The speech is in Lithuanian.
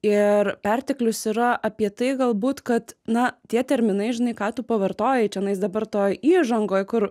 ir perteklius yra apie tai galbūt kad na tie terminai žinai ką tu pavartojai čenais dabar toj įžangoj kur